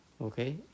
Okay